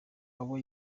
abo